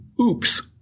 oops